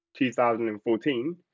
2014